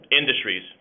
industries